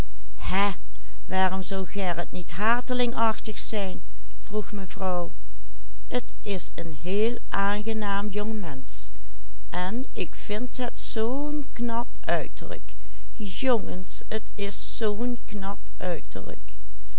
mevrouw t is een heel aangenaam jongmensch en ik vind het zoo'n knap uiterlijk jongens t is zoo'n